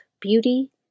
beauty